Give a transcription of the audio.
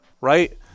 right